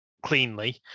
cleanly